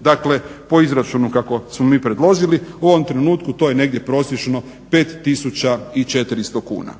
Dakle, po izračunu kako smo mi predložili u ovom trenutku to je negdje prosječno 5 tisuća i 400 kuna.